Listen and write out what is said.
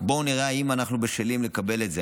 בואו נראה אם אנחנו בשלים לקבל את זה,